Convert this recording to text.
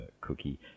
Cookie